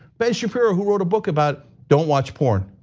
ben shapiro, who wrote a book about, don't watch porn.